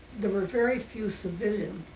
there were very few civilian,